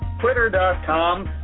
Twitter.com